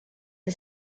the